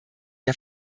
der